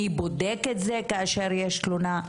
מי בודק את זה כאשר יש תלונה,